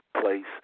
place